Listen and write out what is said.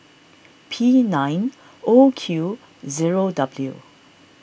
P nine O Q zero W